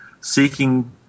seeking